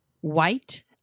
white